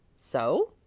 so?